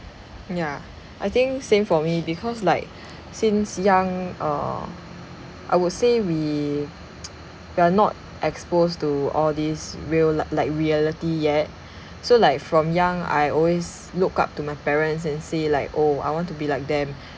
ya I think same for me because like since young err I would say we we are not exposed to all this real li~ like reality yet so like from young I always look up to my parents and say like oh I want to be like them